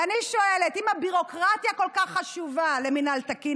ואני שואלת: אם הביורוקרטיה כל כך חשובה למינהל תקין,